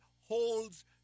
holds